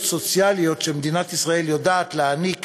סוציאליות שמדינת ישראל יודעת להעניק